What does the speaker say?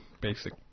basic